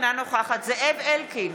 אינה נוכחת זאב אלקין,